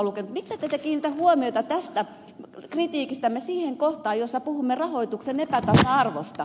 miksi ette kiinnitä huomiota kritiikkimme siihen kohtaan jossa puhumme rahoituksen epätasa arvosta